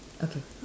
okay